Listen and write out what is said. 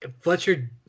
fletcher